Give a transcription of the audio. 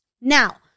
Now